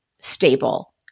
stable